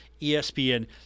ESPN